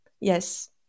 yes